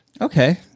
Okay